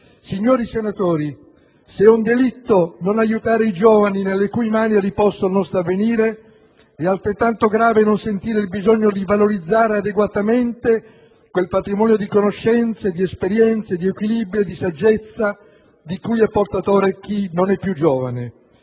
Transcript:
signori senatori, non aiutare i giovani nelle cui mani è riposto il nostro avvenire, altrettanto grave è non sentire il bisogno di valorizzare adeguatamente quel patrimonio di conoscenze, di esperienze, di equilibrio, di saggezza, di cui è portatore chi non è più giovane.